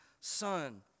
Son